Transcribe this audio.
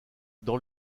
dans